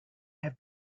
have